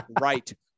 right